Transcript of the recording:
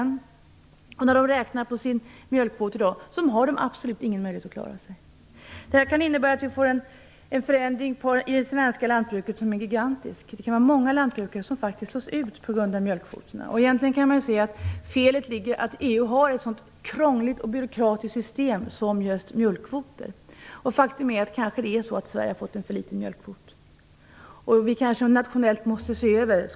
När de räknar på sin mjölkkvot i dag finner de att de absolut inte har någon möjlighet att klara sig. Detta kan innebära att vi får en gigantisk förändring i det svenska lantbruket. Många lantbrukare kan faktiskt slås ut på grund av mjölkkvoterna. Egentligen kan man se att felet är att EU har ett så krångligt och byråkratiskt system just i fråga om mjölkkvoter. Kanske har Sverige fått en för liten mjölkkvot. Vi kanske nationellt måste se över detta.